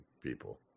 people